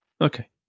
Okay